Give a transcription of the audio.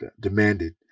demanded